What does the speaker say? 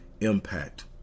impact